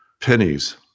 pennies